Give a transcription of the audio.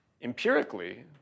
Empirically